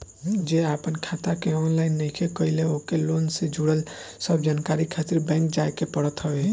जे आपन खाता के ऑनलाइन नइखे कईले ओके लोन से जुड़ल सब जानकारी खातिर बैंक जाए के पड़त हवे